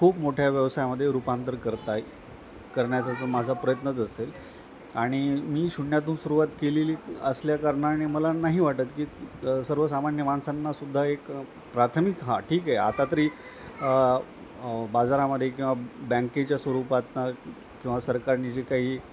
खूप मोठ्या व्यवसायामध्ये रूपांतर करताय करण्याचा माझा प्रयत्नच असेल आणि मी शून्यातून सुरुवात केलेली असल्या कारणाने मला नाही वाटत की सर्वसामान्य मानसांनासुद्धा एक प्राथमिक हा ठीक आहे आता तरी बाजारामध्ये किंवा बँकेच्या स्वरूपातून किंवा सरकारनी जे काही